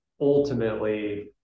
ultimately